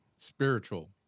spiritual